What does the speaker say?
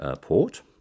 port